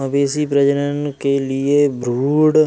मवेशी प्रजनन के लिए भ्रूण